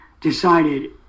decided